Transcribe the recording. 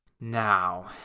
Now